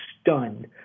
stunned